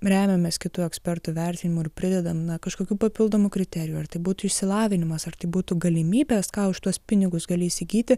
remiamės kitų ekspertų vertinimu ir pridedant kažkokių papildomų kriterijų ar tai būtų išsilavinimas ar tai būtų galimybės ką už tuos pinigus gali įsigyti